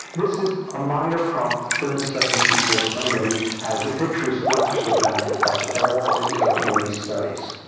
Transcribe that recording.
this is a minor prompt thirty seconds before somebody has the pictures flashed at them. that's all it took in these studies.